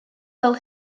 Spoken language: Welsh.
fel